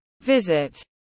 visit